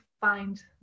find